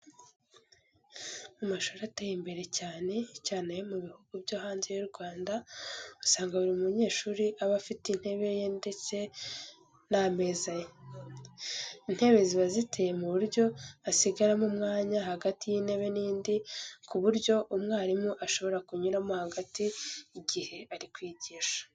Mu mashuri ateye imbere cyane cyane ayo mu bihugu byo hanze y'u Rwanda usanga buri munyeshuri aba afite intebe ye ndetse n'ameza ye. Intebe ziba ziteye mu buryo hasigaramo umwanya hagati y'intebe n'indi ku buryo umwarimu ashobora kunyuramo hagati igihe ari kwigisha.